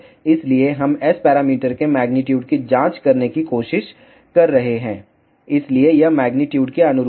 इसलिए हम S parameter के मेग्नीट्यूड की जांच करने की कोशिश कर रहे हैं इसलिए यह मेग्नीट्यूड के अनुरूप है